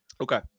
okay